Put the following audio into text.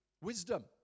wisdom